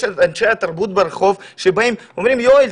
את אנשי התרבות ברחוב שבאים ואומרים: יואל,